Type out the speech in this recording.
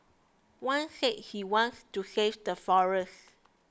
one said he wanted to save the forests